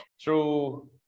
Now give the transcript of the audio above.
True